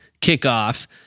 kickoff